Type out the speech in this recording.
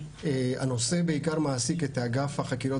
הנושא בעיקר מעסיק את אגף החקירות